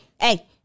hey